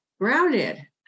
grounded